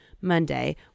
Monday